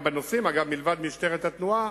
אגב, מלבד משטרת התנועה,